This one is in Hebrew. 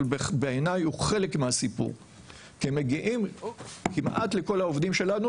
בעיניי הוא חלק מהסיפור - כמעט כל העובדים שלנו,